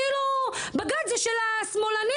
כאילו בג"צ זה של השמאלנים,